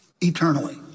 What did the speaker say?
eternally